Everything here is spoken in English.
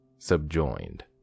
subjoined